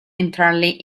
entirely